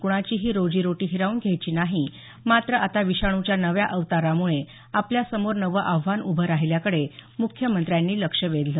कुणाचीही रोजी रोटी हिरावून घ्यायची नाही मात्र आता विषाणूच्या नव्या अवतारामुळे आपल्यासमोर नवं आव्हान उभं राहिल्याकडे मुख्यमंत्र्यांनी लक्ष वेधलं